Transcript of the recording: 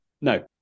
No